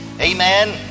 Amen